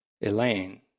Elaine